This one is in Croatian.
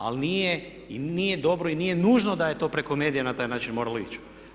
Ali nije i nije dobro i nije nužno da je to preko medija na taj način moralo ići.